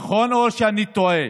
נכון, או שאני טועה?